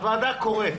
הוועדה קוראת